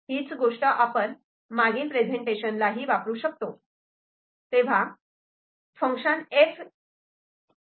हीच गोष्ट आपण मागील प्रेझेन्टेशनलाही वापरू शकतो